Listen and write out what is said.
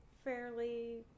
fairly